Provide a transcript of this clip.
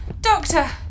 Doctor